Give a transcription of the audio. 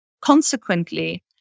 consequently